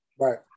right